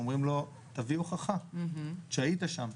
אומרים לו, תביא הוכחה שהיית שם.